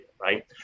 right